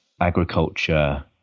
agriculture